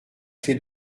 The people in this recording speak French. clef